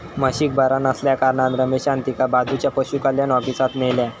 म्हशीक बरा नसल्याकारणान रमेशान तिका बाजूच्या पशुकल्याण ऑफिसात न्हेल्यान